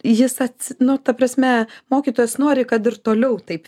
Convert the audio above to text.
jis atsi nu ta prasme mokytojas nori kad ir toliau taip